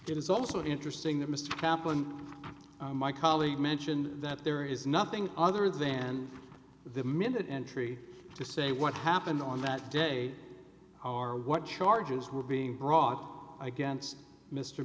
d it's also interesting that mr caplan my colleague mentioned that there is nothing other than the minute entry to say what happened on that day are what charges were being brought against mr